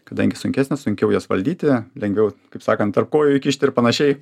kadangi sunkesnės sunkiau jas valdyti lengviau kaip sakant tarp kojų įkišti ir panašiai